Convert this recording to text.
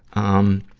um,